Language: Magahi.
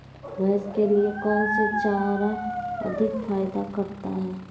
भैंस के लिए कौन सी चारा अधिक फायदा करता है?